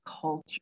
culture